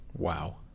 Wow